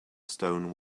stone